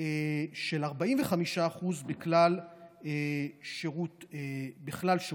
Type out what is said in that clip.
של 45% בכלל שירות המדינה.